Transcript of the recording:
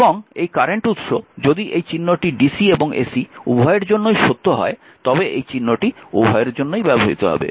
এবং এই কারেন্ট উৎস যদি এই চিহ্নটি dc এবং ac উভয়ের জন্য সত্য হয় তবে এই চিহ্নটি উভয়ের জন্যই ব্যবহৃত হবে